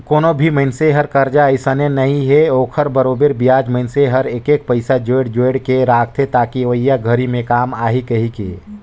कोनो भी मइनसे हर करजा अइसने नइ हे ओखर बरोबर बियाज मइनसे हर एक एक पइसा जोयड़ जोयड़ के रखथे ताकि अवइया घरी मे काम आही कहीके